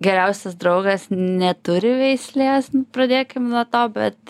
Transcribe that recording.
geriausias draugas neturi veislės pradėkim nuo to bet